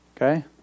Okay